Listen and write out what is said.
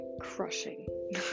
crushing